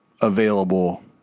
available